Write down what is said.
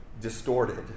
distorted